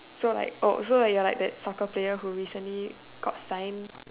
so like oh so you are like that soccer player who recently got signed